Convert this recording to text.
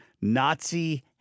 Nazi